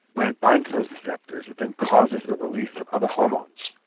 when it binds with those receptors it then causes the release of other hormones,